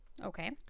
Okay